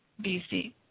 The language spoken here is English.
BC